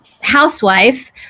housewife